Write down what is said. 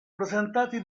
presentati